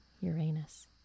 Uranus